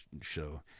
show